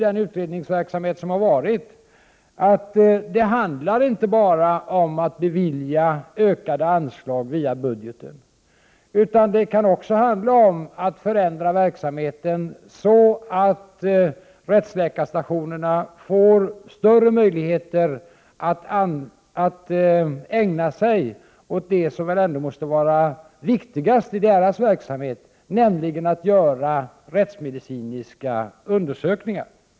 Den utredningsverksamhet som har förekommit har ju visat att det inte bara handlar om att bevilja ökade anslag via budgeten, utan det kan också handla om att förändra verksamheten så att rättsläkarstationerna får större möjligheter att ägna sig åt det som ändå måste vara viktigast i deras verksamhet, nämligen att göra rättsmedicinska undersökningar.